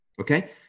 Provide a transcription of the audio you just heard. Okay